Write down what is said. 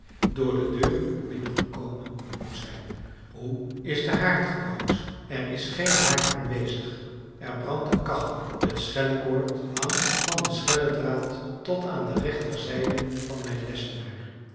door de deur binnengekomen moet zijn hoe is de haard gebouwd er is geen haard aanwezig er brandt een kachel het schellekoord hangt van den schelledraad tot aan de rechterzijde van mijn lessenaar